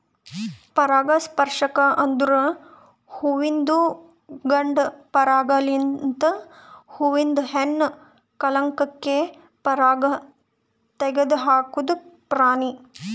ಪರಾಗಸ್ಪರ್ಶಕ ಅಂದುರ್ ಹುವಿಂದು ಗಂಡ ಪರಾಗ ಲಿಂತ್ ಹೂವಿಂದ ಹೆಣ್ಣ ಕಲಂಕಕ್ಕೆ ಪರಾಗ ತೆಗದ್ ಹಾಕದ್ ಪ್ರಾಣಿ